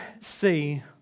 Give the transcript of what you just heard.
see